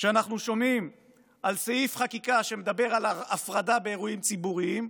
שאנחנו שומעים על סעיף חקיקה שמדבר על הפרדה באירועים ציבוריים.